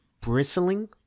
bristling